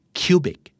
cubic